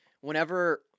whenever